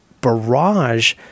barrage